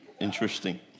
Interesting